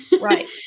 Right